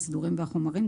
הסידורים והחומרים,